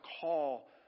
call